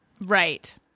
Right